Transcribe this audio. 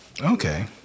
Okay